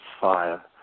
fire